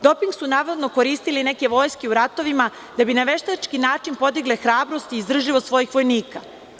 Doping su, navodno, koristile neke vojske u ratovima, da bi na veštački način podigle hrabrost i izdržljivost svojih vojnika.